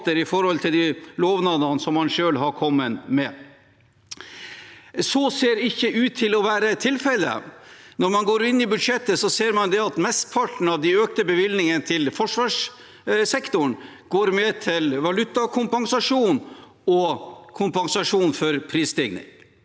i forhold til de lovnadene man selv har kommet med. Så ser ikke ut til å være tilfellet. Når man går inn i budsjettet, ser man at mesteparten av de økte bevilgningene til forsvarssektoren går med til valutakompensasjon og kompensasjon for prisstigning.